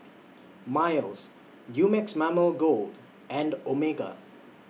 Miles Dumex Mamil Gold and Omega